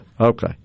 okay